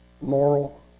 moral